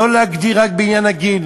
לא להגדיר רק בעניין הגיל,